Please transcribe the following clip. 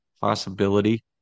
possibility